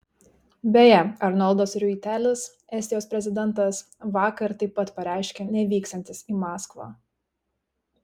beje arnoldas riuitelis estijos prezidentas vakar taip pat pareiškė nevyksiantis į maskvą